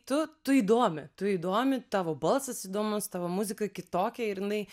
tu tu įdomi tu įdomi tavo balsas įdomus tavo muzika kitokia ir jinai